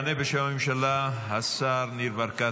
יענה בשם הממשלה השר ניר ברקת.